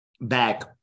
back